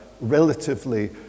relatively